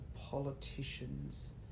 politicians